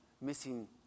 missing